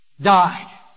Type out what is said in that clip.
died